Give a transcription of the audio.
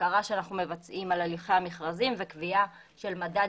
בקרה שאנחנו מבצעים על הליכי המכרזים וקביעה של מדד